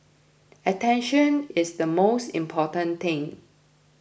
attention is the most important thing